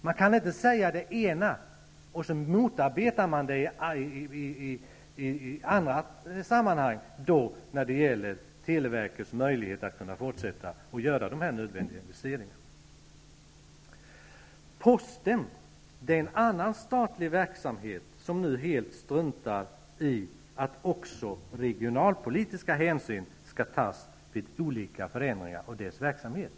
Man kan inte säga en sak i ett sammanhang och sedan motarbeta när det gäller televerkets möjligheter att fortsätta med sitt arbete med sådana här nödvändiga investeringar. Posten är en annan statlig verksamhet som nu helt struntar i att också regionalpolitiska hänsyn skall tas i samband med olika förändringar och verksamheter.